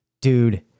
dude